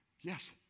Yes